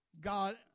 God